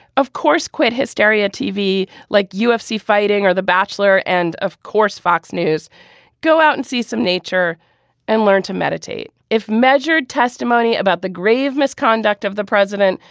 of course quit hysteria tv like ufc fighting or the bachelor and of course fox news go out and see some nature and learn to meditate if measured testimony about the grave misconduct of the president.